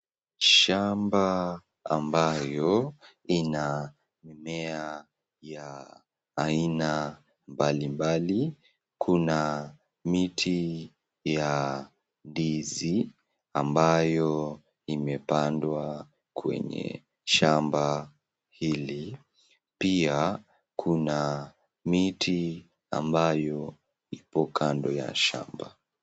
Shamba ambayo ina mimea ya aina mbali mbali. Kuna miti ya ndizi ambayo imepandwa kwenye shamba hili. Pia kuna miti ambayo ipo kando ya shamba.